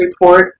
report